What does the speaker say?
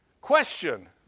Question